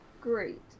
Great